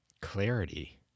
clarity